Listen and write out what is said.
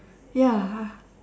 ya